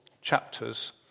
Chapters